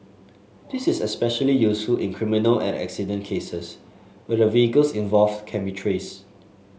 this is especially useful in criminal and accident cases where the vehicles involved can be traced